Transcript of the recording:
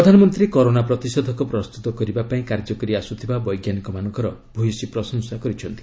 ପ୍ରଧାନମନ୍ତ୍ରୀ କରୋନା ପ୍ରତିଷେଧକ ପ୍ରସ୍ତୁତ କରିବାପାଇଁ କାର୍ଯ୍ୟ କରିଆସୁଥିବା ବୈଜ୍ଞାନିକମାନଙ୍କର ଭୂୟସୀ ପ୍ରଶଂସା କରିଛନ୍ତି